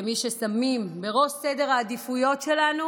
כמי ששמים בראש סדר העדיפויות שלנו